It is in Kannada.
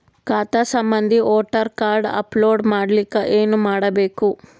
ಖಾತಾ ಸಂಬಂಧಿ ವೋಟರ ಕಾರ್ಡ್ ಅಪ್ಲೋಡ್ ಮಾಡಲಿಕ್ಕೆ ಏನ ಮಾಡಬೇಕು?